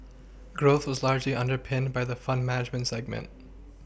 growth was largely underPinned by the fund management segment